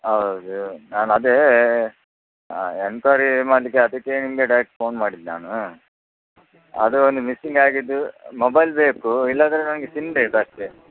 ಹೌದು ನಾನು ಅದೇ ಎನ್ಕೈರಿ ಮಾಡಲಿಕ್ಕೆ ಅದಕ್ಕೆ ನಿಮಗೆ ಡೈರೆಕ್ಟ್ ಫೋನ್ ಮಾಡಿದ್ದು ನಾನು ಅದು ನಿಮ್ಮ ಮಿಸ್ಸಿಂಗಾಗಿದ್ದು ಮೊಬೈಲ್ ಬೇಕು ಇಲ್ಲಾಂದ್ರೆ ನನ್ಗೆ ಸಿಮ್ ಬೇಕು ಅಷ್ಟೇ